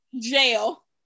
jail